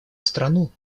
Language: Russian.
страну